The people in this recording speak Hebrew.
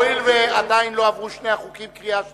הואיל ושני החוקים עדיין לא עברו קריאה שלישית,